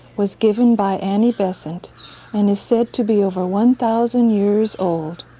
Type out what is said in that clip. was given by annie besant and is said to be over one thousand years old.